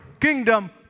kingdom